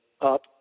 up